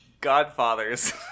Godfathers